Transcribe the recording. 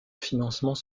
financement